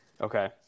Okay